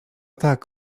tak